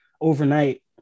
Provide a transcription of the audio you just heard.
overnight